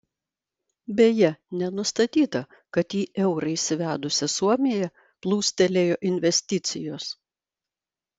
beje nenustatyta kad į eurą įsivedusią suomiją plūstelėjo investicijos